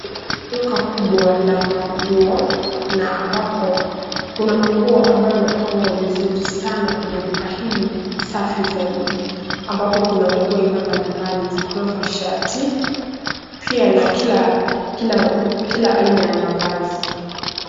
Duka kubwa la manguo na ambapo kuna manguo ambayo yamepangwa vizuri sana kwenye duka hili safi zaidi, ambapo kuna manguo aina mbali mbali zikiwemo shati, pia la kila aina ya mavazi.